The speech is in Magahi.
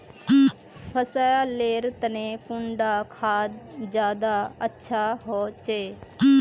फसल लेर तने कुंडा खाद ज्यादा अच्छा होचे?